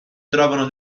trovano